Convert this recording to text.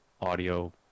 audio